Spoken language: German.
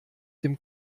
dem